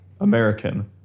American